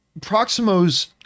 proximo's